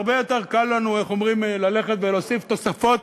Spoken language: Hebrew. הרבה יותר קל לנו ללכת ולהוסיף תוספות